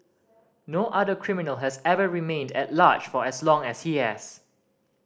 no other criminal has ever remained at large for as long as he has